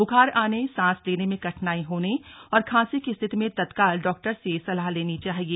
बुखार आने सांस लेने में कठिनाई होने और खांसी की स्थिति में तत्काल डॉक्टर से सलाह लेनी चाहिए